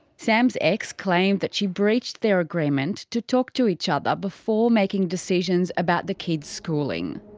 sam's ex claimed that she breached their agreement to talk to each other before making decisions about the kids' schooling.